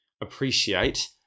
appreciate